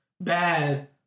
bad